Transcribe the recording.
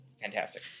fantastic